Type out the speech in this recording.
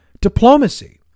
Diplomacy